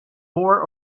more